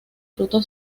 fruto